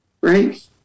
Right